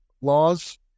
laws